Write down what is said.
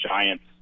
Giants